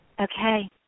Okay